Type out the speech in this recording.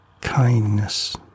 kindness